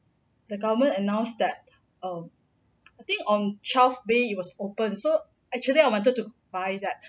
the government announced that oh I think on twelfth day it was open so actually I wanted to buy that